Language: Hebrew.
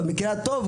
במקרה הטוב,